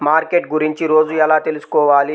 Market గురించి రోజు ఎలా తెలుసుకోవాలి?